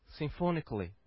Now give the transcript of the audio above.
symphonically